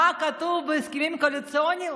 מה כתוב בהסכמים הקואליציוניים?